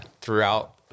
Throughout